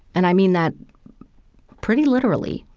and i mean that pretty literally,